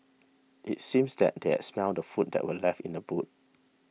it seems that they had smelt the food that were left in the boot